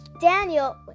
Daniel